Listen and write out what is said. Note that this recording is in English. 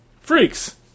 freaks